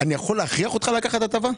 אני יכול להכריח אותך לקחת הטבה?